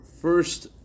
first